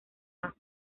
más